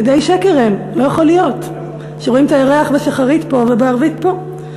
עדי שקר הם"; לא יכול להיות שרואים את הירח בשחרית פה ובערבית פה.